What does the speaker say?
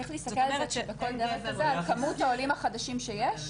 צריך להסתכל בכל דרג כזה על כמות העולים החדשים שיש,